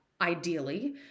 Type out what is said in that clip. ideally